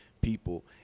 People